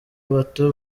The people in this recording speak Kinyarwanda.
bato